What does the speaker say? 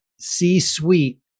C-suite